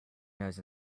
nose